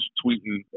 tweeting